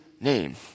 name